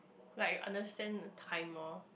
like understand the time lor